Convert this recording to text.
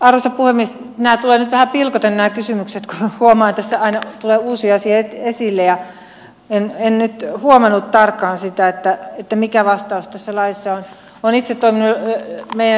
nämä tulevat vähän pilkoten nämä kysymykset kun tässä aina tulee uusi asia esille ja en nyt huomannut tarkkaan sitä että mikä vastaus tässä laissa on